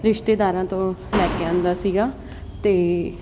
ਰਿਸ਼ਤੇਦਾਰਾਂ ਤੋਂ ਲੈ ਕੇ ਆਉਂਦਾ ਸੀ ਤੇ